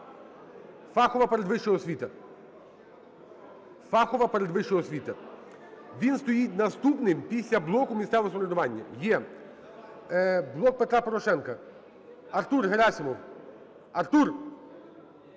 Фахова передвища освіта – він стоїть наступним після блоку місцевого самоврядування. Є! "Блок Петра Порошенка", Артур Герасимов! Артур!